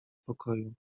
pokoju